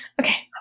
okay